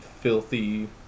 filthy